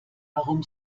warum